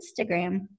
Instagram